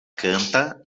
canta